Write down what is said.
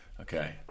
Okay